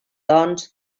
doncs